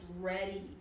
ready